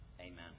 Amen